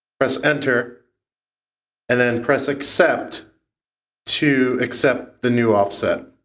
press enter and then press accept to accept the new offset